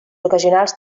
ocasionals